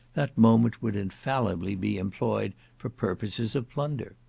that moment would infallibly be employed for purposes of plunder.